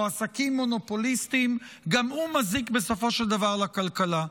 עסקים מונופוליסטיים גם הוא מזיק בסופו של דבר לכלכלה.